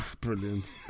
Brilliant